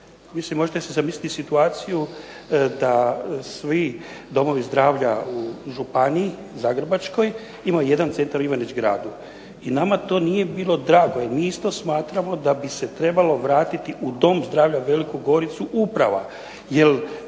Mislim možete si zamisliti situaciju da svi domovi zdravlja u županiji Zagrebačkoj imaju jedan centar u Ivanić Gradu, i nama to nije bilo drago i mi isto smatramo da bi se trebalo vratiti u dom zdravlja u Veliku Goricu uprava,